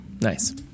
Nice